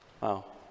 wow